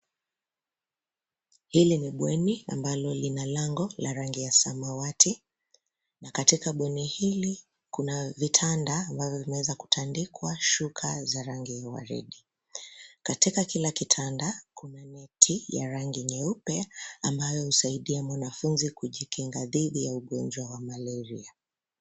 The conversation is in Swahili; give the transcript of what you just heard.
Hili ni bweni ambalo lina lango la rangi ya samawati na katika bweni hili kuna vitanda ambavyo vimeweza kutandikwa shuka za rangi ya waredi. Katika kila kitanda kuna neti ya rangi nyeupe ambayo husaidia mwanafunzi kujitenga dhidi ya ugonjwa wa malaria.